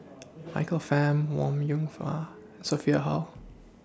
Michael Fam Wong Yoon Wah Sophia Hull